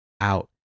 out